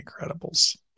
Incredibles